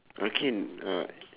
okay uh